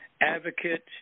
advocate